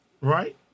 right